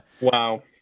Wow